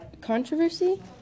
controversy